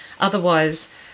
otherwise